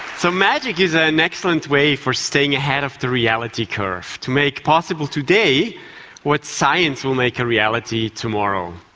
so magic is ah an excellent way for staying ahead of the reality curve, to make possible today what science will make a reality tomorrow.